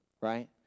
right